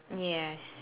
yes